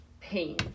pain